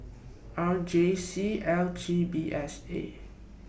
R J C L T P S A